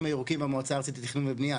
הירוקים במועצה הארצית לתכנון ובנייה.